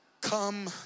come